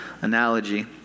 analogy